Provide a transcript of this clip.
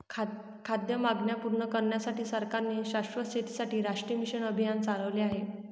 खाद्य मागण्या पूर्ण करण्यासाठी सरकारने शाश्वत शेतीसाठी राष्ट्रीय मिशन अभियान चालविले आहे